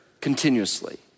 continuously